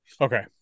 Okay